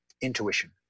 intuition